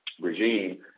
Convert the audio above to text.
regime